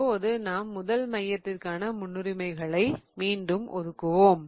இப்போது நாம் முதல் மையத்திற்கான முன்னுரிமைகளை மீண்டும் ஒதுக்குவோம்